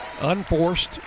Unforced